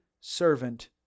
servant